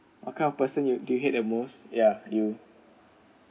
what kind of person you do you hate the most ya you